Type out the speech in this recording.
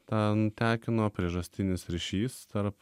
tą tekino priežastinis ryšys tarp